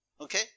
Okay